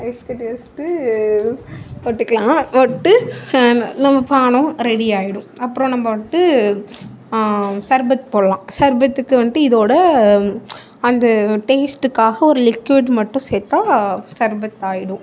ice கட்டி வச்சுட்டு போட்டுக்கலாம் போட்டு நம்ம பானம் ரெடி ஆகிடும் அப்புறம் நம்ம வந்துட்டு சர்பத் போடலாம் சர்பத்துக்கு வந்துட்டு இதோட அந்த டேஸ்ட்டுக்காக ஒரு லிக்யூட் மட்டும் சேர்த்தா சர்பத் ஆகிடும்